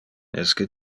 esque